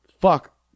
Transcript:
fuck